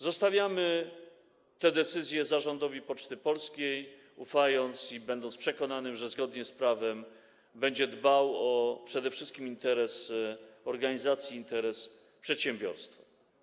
Zostawiamy te decyzje zarządowi Poczty Polskiej, ufając mu i z przekonaniem, że zgodnie z prawem będzie dbał przede wszystkim o interes organizacji, interes przedsiębiorstwa.